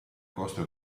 coste